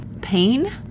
pain